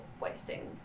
wasting